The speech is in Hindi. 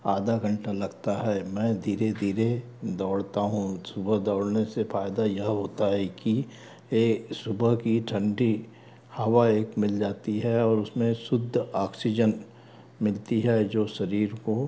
आधा घंटा लगता है मैं धीरे धीरे दौड़ता हूँ सुबह दौड़ने से फायदा यह होता है कि ये सुबह की ठंडी हवा एक मिल जाती है और उसमें शुद्ध ऑक्सीजन मिलती है जो शरीर को